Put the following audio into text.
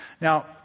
Now